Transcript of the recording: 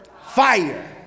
Fire